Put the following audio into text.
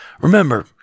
remember